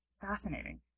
fascinating